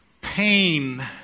pain